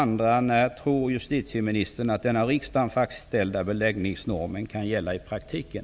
När tror justiteministern att den av riksdagen fastställda beläggningsnormen kan börja gälla i praktiken?